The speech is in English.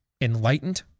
enlightened